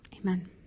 amen